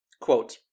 quote